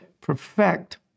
perfect